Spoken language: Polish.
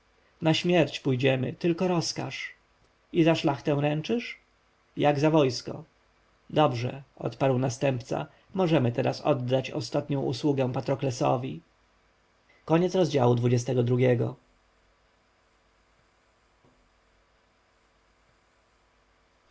na śmierć pójdziemy tylko rozkaż i za szlachtę ręczysz jak za wojsko dobrze odparł następca możemy teraz oddać ostatnią usługę patroklesowi w